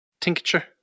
tincture